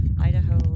Idaho